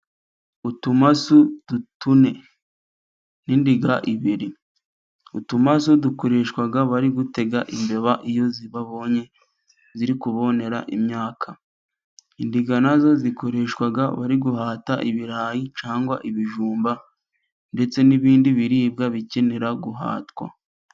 Utumashu tune n'indiga ebyiri . Utumashu dukoreshwaga bari gutega imbeba iyo babonye ziri kubonera imyaka. Indiga zikoreshwa bari guhata ibirayi cyangwa ibijumba ndetse n'ibindi biribwa bikenera guhatwa.